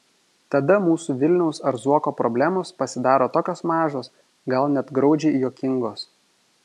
tada mūsų vilniaus ar zuoko problemos pasidaro tokios mažos gal net graudžiai juokingos